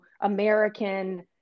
American